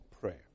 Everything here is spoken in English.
prayer